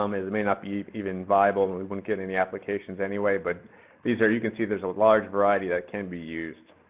um as it may not be even viable and we won't get any applications anyway, but these are, you can see there's a large variety that can be used.